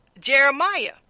Jeremiah